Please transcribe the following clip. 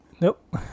Nope